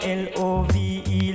LOVE